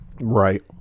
Right